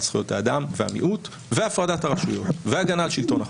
זכויות האדם והמיעוט והפרדת הרשויות והגנה על שלטון החוק.